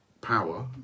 power